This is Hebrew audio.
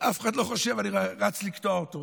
אף אחד לא חושב: אני רץ לקטוע אותה.